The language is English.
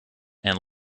and